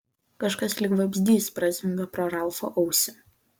kažkas lyg vabzdys prazvimbė pro ralfo ausį